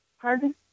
Pardon